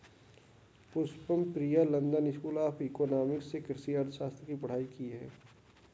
Pushpam Priya London School of Economics से कृषि अर्थशास्त्र की पढ़ाई की है